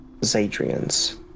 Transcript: Zadrian's